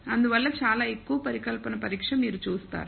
అందువల్ల చాలా ఎక్కువ పరికల్పన పరీక్ష మీరు చూస్తారు